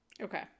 Okay